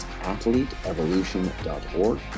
athleteevolution.org